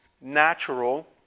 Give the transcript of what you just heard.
natural